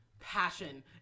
passion